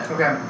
Okay